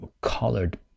colored